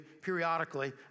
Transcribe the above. periodically